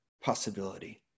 possibility